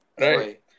Right